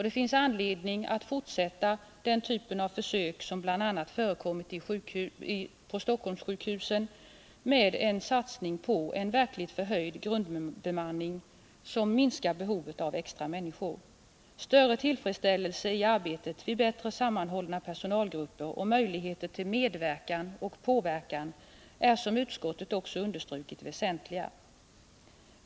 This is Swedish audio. Det finns anledning att fortsätta den typ av försök som bl.a. förekommit på Stockholmssjukhusen med en satsning på en verkligt förhöjd grundbemanning, som minskar behovet av extra människor. Större tillfredsställelse i arbetet vid bättre sammanhållna personalgrupper och möjligheter till medverkan och påverkan är, som utskottet också understrukit, väsentliga.